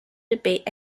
debate